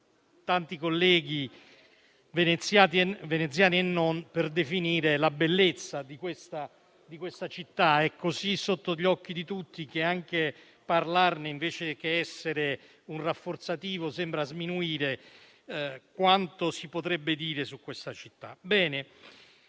vari colleghi veneziani e non - per definire la bellezza di questa città. È così sotto gli occhi di tutti che anche parlarne, invece che essere un rafforzativo, sembra sminuire quanto si potrebbe dire su questa città.